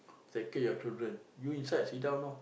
take your children you inside sit down know